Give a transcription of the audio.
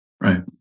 Right